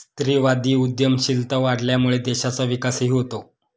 स्त्रीवादी उद्यमशीलता वाढल्यामुळे देशाचा विकासही होतो